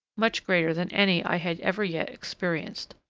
much greater than any i had ever yet experienced.